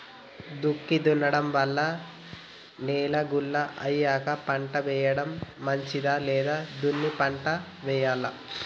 దుక్కి దున్నడం వల్ల నేల గుల్ల అయ్యాక పంట వేయడం మంచిదా లేదా దున్ని పంట వెయ్యాలా?